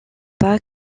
pas